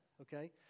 okay